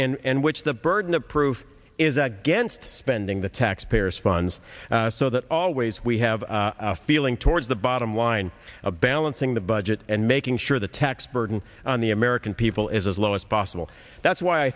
d which the burden of proof is against spending the taxpayers funds so that always we have a feeling towards the bottom line of balancing the budget and making sure the tax burden on the american evil is as low as possible that's why i